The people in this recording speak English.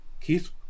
Keith